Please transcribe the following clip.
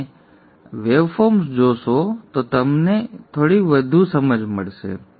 જો તમે વેવફોર્મ્સ જોશો તો અમને થોડી વધુ સમજ મળશે